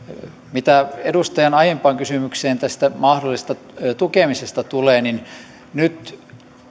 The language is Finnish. mitä tulee edustajan aiempaan kysymykseen tästä mahdollisesta tukemisesta niin nyt